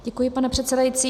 Děkuji, pane předsedající.